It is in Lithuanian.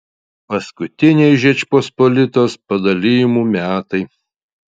paskutiniai žečpospolitos padalijimų metai